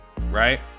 right